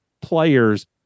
players